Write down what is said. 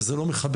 וזה לא מכבד.